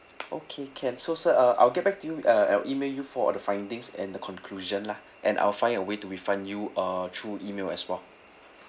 okay can so sir uh I'll get back to you uh I'll email you for the findings and the conclusion lah and I'll find a way to refund you uh through email as well